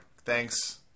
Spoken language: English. Thanks